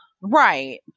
right